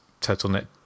turtleneck